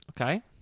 Okay